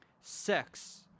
Sex